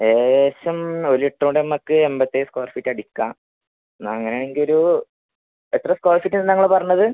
ലേശം ഒരു ലിറ്റർ കൊണ്ട് നമുക്ക് എൺപത്തേഴ് സ്ക്വയർ ഫീറ്റ് അടിക്കാം എന്നാൽ അങ്ങനെ എങ്കിൽ ഒരു എത്ര സ്ക്വയർ ഫീറ്റ് ആണ് നിങ്ങൾ പറഞ്ഞത്